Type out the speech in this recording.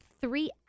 three